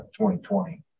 2020